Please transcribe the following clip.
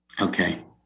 Okay